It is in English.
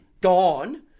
gone